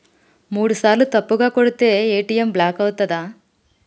మూడుసార్ల తప్పుగా కొడితే ఏ.టి.ఎమ్ బ్లాక్ ఐతదా?